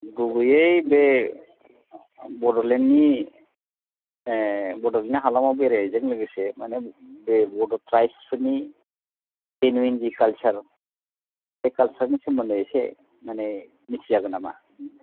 गुबैयै बे बड'लेण्डनि बड'लेण्ड हालामाव बेरायनायजों लोगोसे मानि बे बड' ट्राइबसफोरनि जेनुयेन बे कालचार बे कालचारनि सोमोन्दै एसे मानि मिथिजागोन नामा